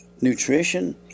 nutrition